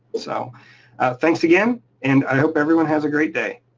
so thanks again, and i hope everyone has a great day.